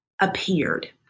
appeared